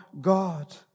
God